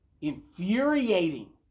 infuriating